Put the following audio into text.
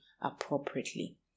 appropriately